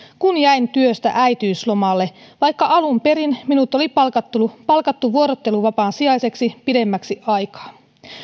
kun jäin työstä äitiyslomalle vaikka alun perin minut oli palkattu palkattu vuorotteluvapaan sijaiseksi pidemmäksi aikaa